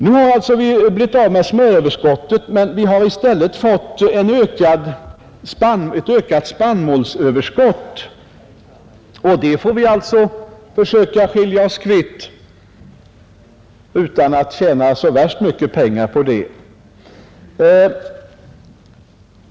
Nu har vi alltså blivit av med smöröverskottet, men i stället har vi fått ett ökat spannmålsöverskott, och det får vi försöka göra oss kvitt utan att kunna tjäna så värst mycket pengar på det.